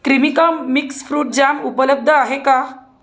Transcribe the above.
Cremica mix fruit jam उपलब्ध आहे का